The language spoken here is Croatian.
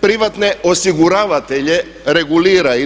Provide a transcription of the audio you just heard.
Privatne osiguravatelje regulira